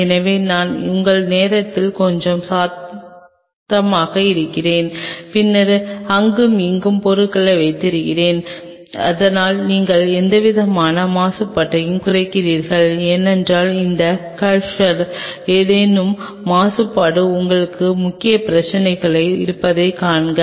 எனவே நான் உங்கள் நேரத்திற்கு கொஞ்சம் சத்தமாக இருக்கிறேன் பின்னர் அங்கும் அங்கும் பொருட்களை வைத்திருக்கலாம் இதனால் நீங்கள் எந்தவிதமான மாசுபாட்டையும் குறைக்கிறீர்கள் ஏனென்றால் இந்த கல்ச்சர்களில் ஏதேனும் மாசுபடுவதாக உங்கள் முக்கிய பிரச்சினை இருப்பதைக் காண்க